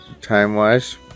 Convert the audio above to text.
time-wise